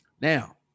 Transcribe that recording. now